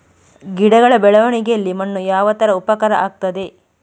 ಗಿಡಗಳ ಬೆಳವಣಿಗೆಯಲ್ಲಿ ಮಣ್ಣು ಯಾವ ತರ ಉಪಕಾರ ಆಗ್ತದೆ?